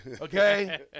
Okay